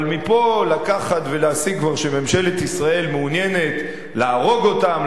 אבל מפה לקחת ולהסיק כבר שממשלת ישראל מעוניינת להרוג אותם,